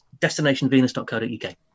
destinationvenus.co.uk